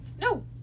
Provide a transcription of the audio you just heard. No